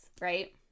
Right